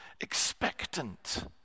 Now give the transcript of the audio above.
expectant